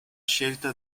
scelta